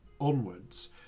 onwards